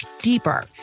deeper